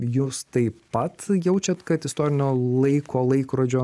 jūs taip pat jaučiat kad istorinio laiko laikrodžio